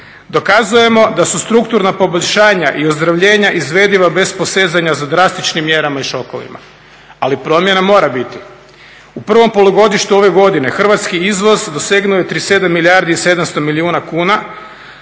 Dokazujemo da su strukturna poboljšanja i ozdravljenja izvediva bez posezanja za drastičnim mjerama i šokovima, ali promjena mora biti. U prvom polugodištu ove godine hrvatski izvoz dosegnuo je 37 milijardi i 700 milijuna kuna